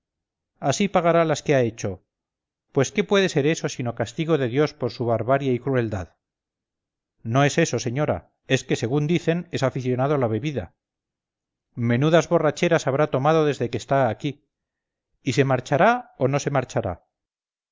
así pagará las que ha hecho pues qué puede ser eso sino castigo de dios por su barbarie y crueldad no es eso señora es que según dicen es aficionado a la bebida menudas borracheras habrá tomado desde que está aquí y se marchará o no se marchará